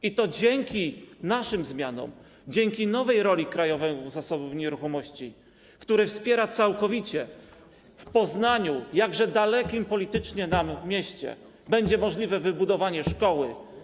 I to dzięki naszym zmianom, dzięki nowej roli Krajowego Zasobu Nieruchomości, który wspiera to całkowicie, w Poznaniu, jakże dalekim politycznie nam mieście, będzie możliwe wybudowanie szkoły.